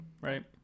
right